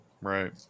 Right